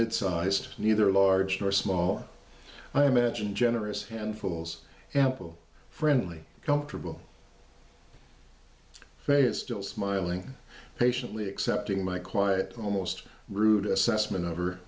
midsized neither large or small i imagine generous handfuls ample friendly comfortable still smiling patiently accepting my quiet almost rude assessment o